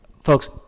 folks